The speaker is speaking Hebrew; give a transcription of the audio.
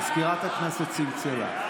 מזכירת הכנסת צלצלה.